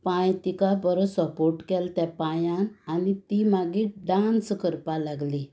पांय तिका बरो सपोर्ट केलो त्या पांयाक आनी ती मागीर डांस करपाक लागली